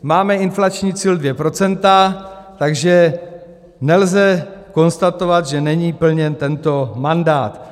Máme inflační cíl 2 %, takže nelze konstatovat, že není plněn tento mandát.